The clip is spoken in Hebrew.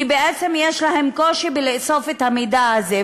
כי בעצם יש להם קושי לאסוף את המידע הזה.